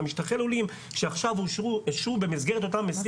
משטחי הלולים שעכשיו אושרו במסגרת אותם 20,